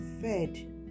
fed